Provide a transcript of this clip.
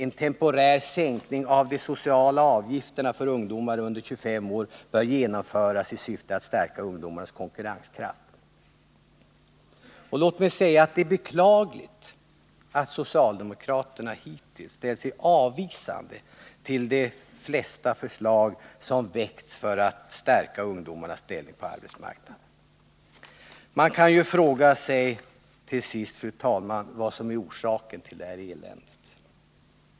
En temporär sänkning av de sociala avgifterna till ungdomar under 25 år bör genomföras i syfte att stärka ungdomarnas konkurrenskraft. Det är beklagligt att socialdemokraterna hittills ställt sig avvisande till de flesta förslag som väckts för att stärka ungdomarnas ställning på arbetsmarknaden. Man kan fråga sig, fru talman, vad som är orsaken till det nuvarande eländet.